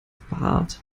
bart